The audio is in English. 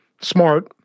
smart